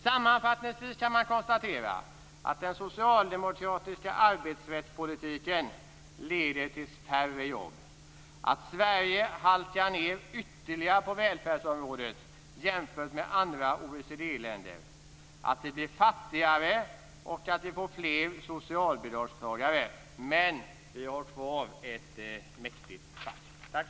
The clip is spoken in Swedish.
Sammanfattningsvis kan det konstateras att den socialdemokratiska arbetsrättspolitiken leder till färre jobb, till att Sverige jämfört med andra OECD-länder ytterligare halkar efter på välfärdsområdet, till att vi blir fattigare och till att vi får fler socialbidragstagare. Däremot har vi kvar ett mäktigt fack. Tack!